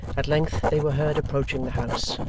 at length they were heard approaching the house,